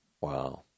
Wow